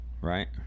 right